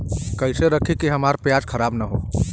कइसे रखी कि हमार प्याज खराब न हो?